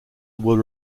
were